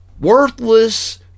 worthless